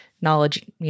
knowledge